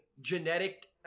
genetic –